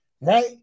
right